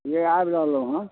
जे आबि रहलहुँ हँ